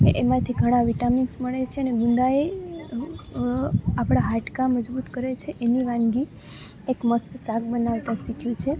એમાંથી ઘણાં વિટામિન્સ મળે છે અને ગુંદાએ આપણાં હાડકાં મજબૂત કરે છે એની વાનગી એક મસ્ત શાક બનાવતાં શીખ્યું છે